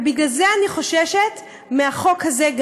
ובגלל זה אני חוששת גם מהחוק הזה.